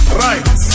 right